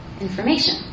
information